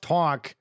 talk